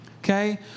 okay